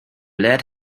lead